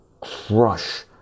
crush